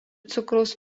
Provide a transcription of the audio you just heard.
cukraus